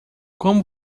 como